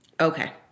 Okay